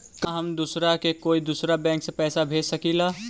का हम दूसरा के कोई दुसरा बैंक से पैसा भेज सकिला?